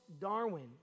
Darwin